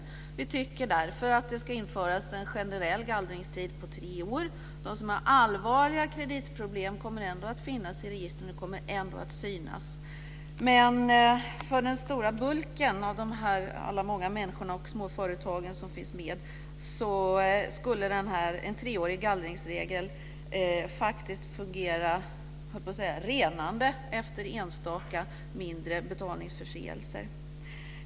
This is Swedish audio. Vi tycker därför att det ska införas en generell gallringstid om tre år. De som har allvarliga kreditproblem kommer ändå att finnas i registren och kommer ändå att synas. För den stora bulken av de många människor och småföretag som finns med skulle en treårig gallringsregel faktiskt fungera så att säga renande efter enstaka mindre betalningsförseelser.